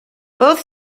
both